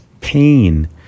pain